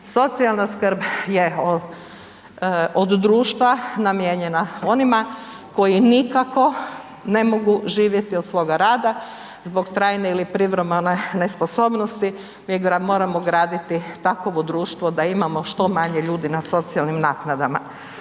Socijalna skrb je od društva namijenjena onima koji nikako ne mogu živjeti od svoga rada zbog trajne ili privremene nesposobnosti .../Govornik se ne razumije./... graditi takovo društvo da imamo što manje ljudi na socijalnim naknadama.